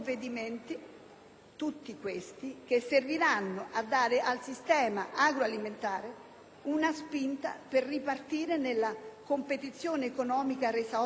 elencato - che serviranno a dare al sistema agroalimentare una spinta per ripartire nella competizione economica resa oggi difficile